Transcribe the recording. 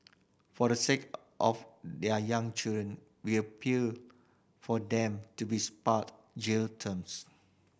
for the sake of their young children we appeal for them to be spared jail terms